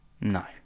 No